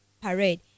parade